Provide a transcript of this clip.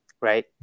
right